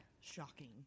Shocking